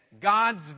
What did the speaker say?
God's